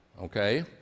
okay